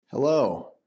Hello